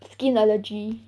skin allergy